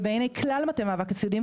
ובעיניי כלל מטה מאבק הסיעודיים,